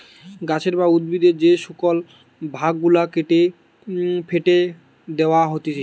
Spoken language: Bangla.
গাছের বা উদ্ভিদের যে শুকল ভাগ গুলা কেটে ফেটে দেয়া হতিছে